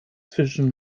zwischen